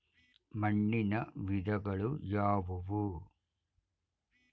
ಮಣ್ಣಿನ ವಿಧಗಳು ಯಾವುವು?